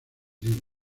hilo